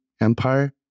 empire